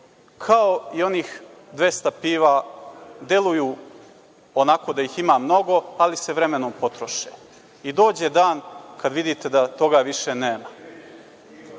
kao i onih 200 piva deluju onako da ih ima mnogo ali se vremenom potroše i dođe dan kad vidite da toga više nema. Posle